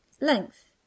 Length